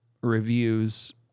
reviews